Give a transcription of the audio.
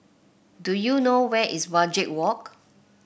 do you know where is Wajek Walk